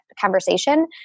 conversation